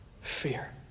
fear